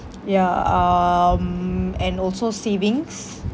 ya um and also savings